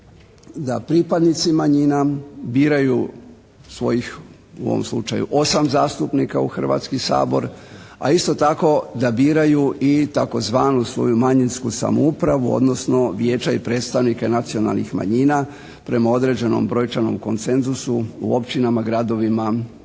da pripadnici manjina biraju svojih u ovom slučaju 8 zastupnika u Hrvatski sabor, a isto tako da biraju i tzv. svoju manjinsku samoupravu, odnosno vijeća i predstavnike nacionalnih manjina prema određenim brojčanom koncenzusu u općinama, gradovima